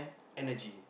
energy